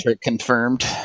confirmed